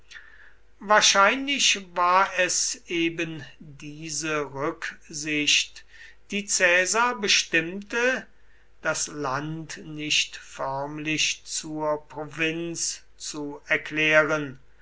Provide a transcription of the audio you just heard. wahrscheinlich war es eben diese rücksicht die caesar bestimmte das land nicht förmlich zur provinz zu erklären